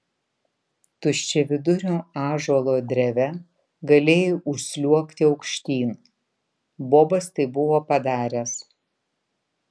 tuščiavidurio ąžuolo dreve galėjai užsliuogti aukštyn bobas tai buvo padaręs